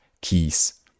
keys